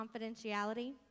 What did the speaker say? confidentiality